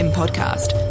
podcast